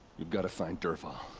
we've gotta find dervahl.